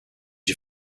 you